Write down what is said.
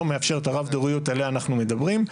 לא מאפשר את הרב דוריות עליה אנחנו מדברים.